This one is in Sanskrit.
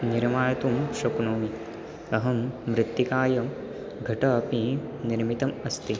निर्मातुं शक्नोमि अहं मृत्तिकायां घटोपि निर्मितम् अस्ति